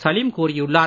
சலீம் கூறியுள்ளார்